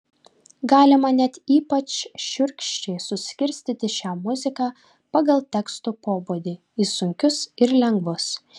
galima net ypač šiurkščiai suskirstyti šią muziką pagal tekstų pobūdį į sunkius ir lengvus